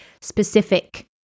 specific